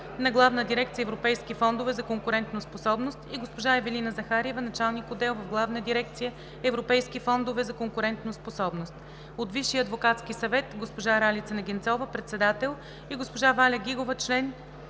на Главна дирекция „Европейски фондове за конкурентоспособност“, и госпожа Евелина Захариева, началник-отдел в Главна дирекция „Европейски фондове за конкурентоспособност“; - Висшия адвокатски съвет – госпожа Ралица Негенцова, председател, и госпожа Валя Гигова, член;